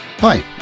Hi